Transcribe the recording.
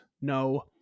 no